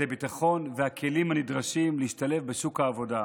הביטחון והכלים הנדרשים להשתלב בשוק העבודה.